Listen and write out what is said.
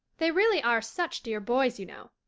they really are such dear boys, you know.